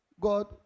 God